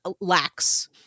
lacks